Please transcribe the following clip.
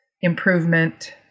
improvement